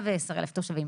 110,000 תושבים.